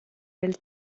del